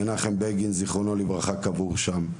מנחם בגין קבור שם.